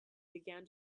began